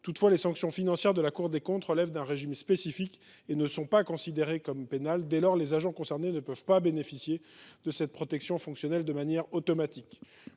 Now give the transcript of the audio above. Toutefois, les sanctions financières de la Cour des comptes relèvent d’un régime spécifique et ne sont pas considérées comme pénales. Dès lors, les agents concernés ne peuvent pas bénéficier de la protection fonctionnelle de manière automatique.